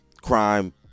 crime